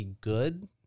good